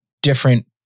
different